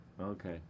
Okay